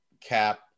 cap